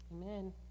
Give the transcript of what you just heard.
Amen